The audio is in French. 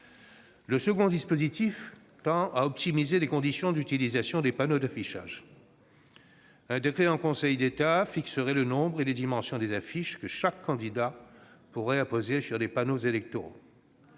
Le second dispositif tend à optimiser les conditions d'utilisation des panneaux d'affichage. Un décret en Conseil d'État fixerait le nombre et les dimensions des affiches que chaque candidat pourrait apposer sur des panneaux électoraux.